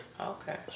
Okay